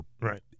Right